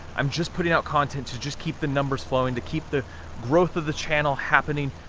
i'm just putting out content to just keep the numbers flowing, to keep the growth of the channel happening.